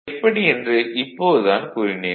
அது எப்படி என்று இப்பொழுது தான் கூறினேன்